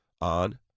on